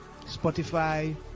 spotify